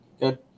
Good